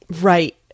Right